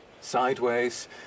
sideways